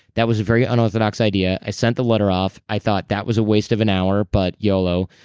that was a very unorthodox idea. i sent the letter off. i thought, that was a waste of an hour, but yolo.